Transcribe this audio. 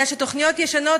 כי תוכניות ישנות,